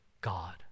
God